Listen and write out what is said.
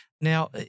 Now